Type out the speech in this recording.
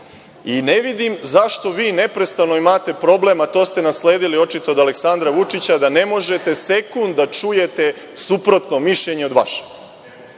Ne vidim zašto vi neprestano imate problem, a to se nasledili očito od Aleksandra Vučića, da ne možete sekund da čujete suprotno mišljenje od vašeg,